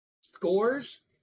scores